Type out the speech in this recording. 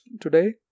today